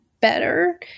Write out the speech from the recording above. better